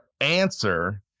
answer